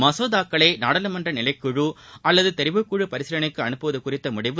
மசோதாக்களை நாடாளுமன்ற நிலைக்குழு அல்லது தெரிவுக்குழு பரிசீலனைக்கு அனுப்புவது குறித்த முடிவு